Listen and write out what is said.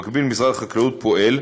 במקביל, משרד החקלאות פועל